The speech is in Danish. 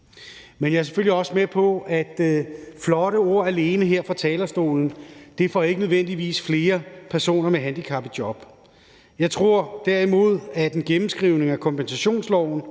Men jeg er selvfølgelig også med på, at flotte ord her fra talerstolen ikke nødvendigvis alene får flere personer med handicap i job. Jeg tror derimod, at en gennemskrivning af kompensationsloven,